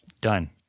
Done